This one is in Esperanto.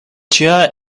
ĉia